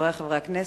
חברי חברי הכנסת,